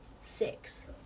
six